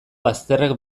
bazterrak